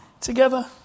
together